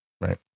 Right